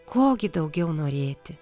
ko gi daugiau norėti